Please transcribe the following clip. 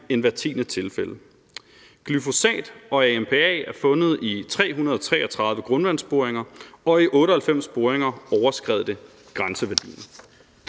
end hvert tiende tilfælde. Glyfosat og ampa er fundet i 333 grundvandsboringer, og i 98 boringer overskred det grænseværdien.